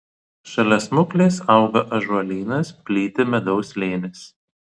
šalia smuklės auga ąžuolynas plyti medaus slėnis